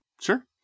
Sure